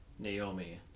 Naomi